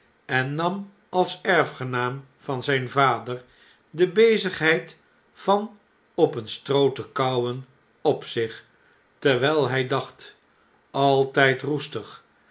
en nam als erfgenaam van zijn vader de bezigheid van op een stroo te kauwen op zich terwijl hij dacht altijd roestig